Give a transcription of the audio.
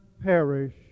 perish